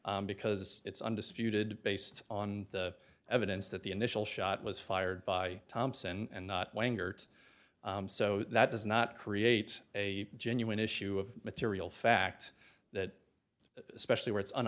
because it's undisputed based on the evidence that the initial shot was fired by thompson and not wang so that does not create a genuine issue of material fact that especially when it's an